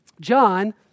John